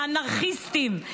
מאנרכיסטים,